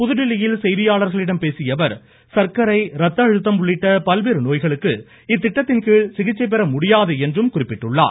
புதுதில்லியில் செய்தியாளர்களிடம் பேசியஅவர் சர்க்கரை ரத்த அழுத்தம் உள்ளிட்ட பல்வேறு நோய்களுக்கு இத்திட்டத்தின்கீழ் சிகிச்சை பெற முடியாது என்றும் கூறினார்